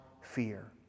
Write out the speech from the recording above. fear